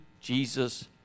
Jesus